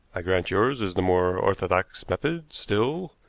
i grant yours is the more orthodox method still,